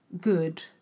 good